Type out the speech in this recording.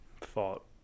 thought